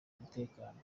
umutekano